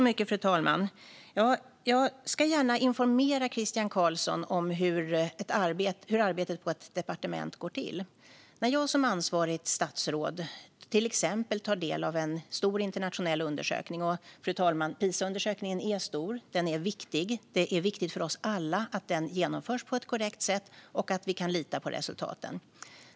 Fru talman! Jag ska gärna informera Christian Carlsson om hur arbetet på ett departement går till. För mig som ansvarigt statsråd och för alla som tar del av en stor internationell undersökning är det viktigt att den genomförts på ett korrekt sätt och att vi kan lita på resultatet. Och, fru talman, Pisaundersökningen är stor och viktig.